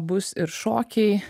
bus ir šokiai